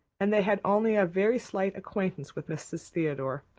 and they had only a very slight acquaintance with mrs. theodore,